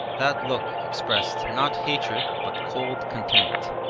that look expressed not hatred but cold contempt.